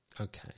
Okay